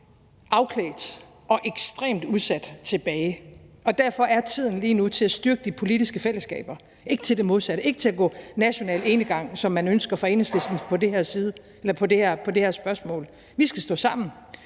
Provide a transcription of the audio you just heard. afklædt og ekstremt udsat tilbage. Derfor er tiden lige nu til at styrke de politiske fællesskaber – ikke til det modsatte, ikke til at gå national enegang, som man ønsker fra Enhedslistens side på det her spørgsmål. Vi skal stå sammen.